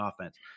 offense